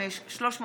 פ/345/23,